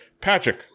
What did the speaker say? Patrick